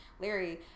Larry